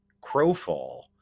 Crowfall